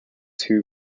two